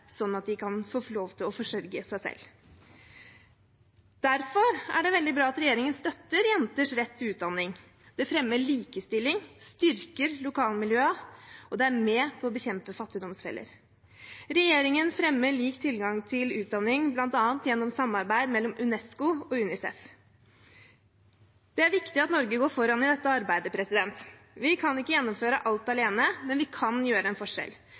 sånn at de kan få lov til å forsørge seg selv. Derfor er det veldig bra at regjeringen støtter jenters rett til utdanning. Det fremmer likestilling, styrker lokalmiljøet og er med på å bekjempe fattigdomsfeller. Regjeringen fremmer lik tilgang til utdanning bl.a. gjennom samarbeid mellom UNESCO og UNICEF. Det er viktig at Norge går foran i dette arbeidet. Vi kan ikke gjennomføre alt alene, men vi kan gjøre en forskjell,